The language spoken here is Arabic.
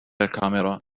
الكاميرا